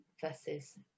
versus